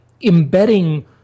embedding